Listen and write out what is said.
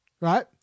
Right